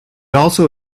also